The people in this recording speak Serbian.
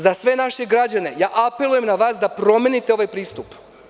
Za sve naše građane ja apelujem na vas da promenite ovaj pristup.